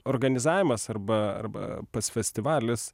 organizavimas arba arba pats festivalis